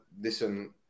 Listen